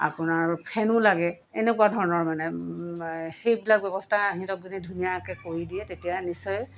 আপোনাৰ ফেনো লাগে এনেকুৱা ধৰণৰ মানে সেইবিলাক ব্যৱস্থা সিহঁতক যদি ধুনীয়াকৈ কৰি দিয়ে তেতিয়া নিশ্চয়